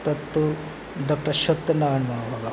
तत्तु डाक्टर् सत्यनारायणमहाभागाः